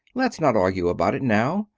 let's not argue about it now.